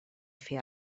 fer